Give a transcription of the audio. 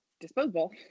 disposable